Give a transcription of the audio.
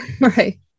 right